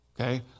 Okay